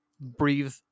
breathe